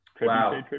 Wow